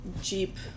Jeep